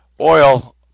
Oil